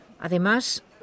Además